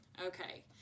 Okay